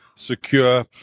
secure